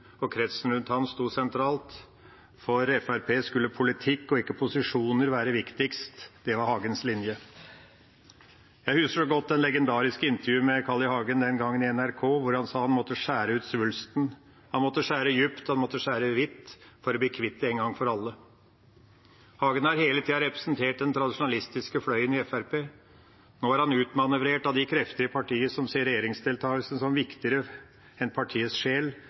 og kretsen rundt ham sto sentralt. For Fremskrittspartiet skulle politikk og ikke posisjoner være viktigst, det var Hagens linje. Jeg husker godt det legendariske intervjuet med Carl I. Hagen i NRK den gangen, hvor han sa at han måtte skjære ut svulsten. Han måtte skjære djupt og skjære vidt for å bli kvitt den, en gang for alle. Hagen har hele tida representert den tradisjonalistiske fløyen i Fremskrittspartiet. Nå er han utmanøvrert av de krefter i partiet som ser regjeringsdeltakelsen som viktigere enn partiet sjel,